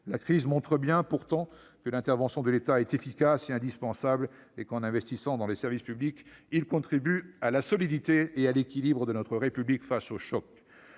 la crise montre bien que l'intervention de l'État est efficace et indispensable, qu'en investissant dans les services publics, celui-ci contribue à la solidité de notre République face aux chocs.